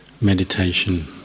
meditation